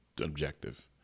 objective